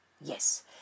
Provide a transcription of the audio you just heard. Yes